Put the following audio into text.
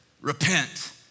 repent